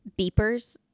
beepers